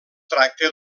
tracta